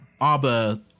Abba